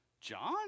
John